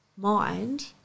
Mind